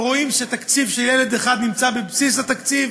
ורואים שתקציב של ילד אחד נמצא בבסיס התקציב